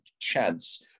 chance